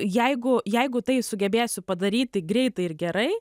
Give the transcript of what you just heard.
jeigu jeigu tai sugebėsiu padaryti greitai ir gerai